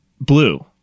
Blue